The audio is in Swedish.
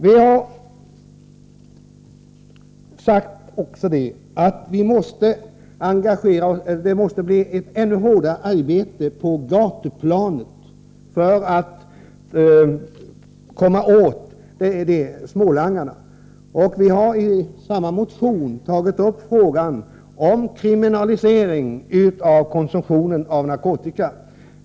Karin Söder och jag har också sagt att det måste bedrivas ett ännu hårdare arbete på gatuplanet, för att komma åt smålangarna. Vi har i samma motion tagit upp frågan om kriminalisering av konsumtion av narkotika.